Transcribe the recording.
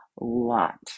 lot